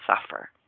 suffer